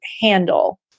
handle